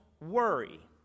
worry